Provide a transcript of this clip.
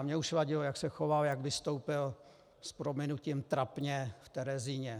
A mně už vadilo, jak se choval, jak vystoupil, s prominutím trapně, v Terezíně.